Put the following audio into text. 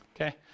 Okay